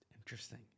Interesting